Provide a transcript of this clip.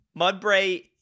Mudbray